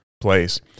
place